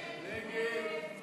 מי נגדה?